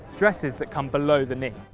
dresses that come below the knee.